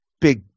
big